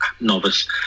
novice